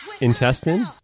intestine